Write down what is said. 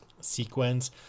sequence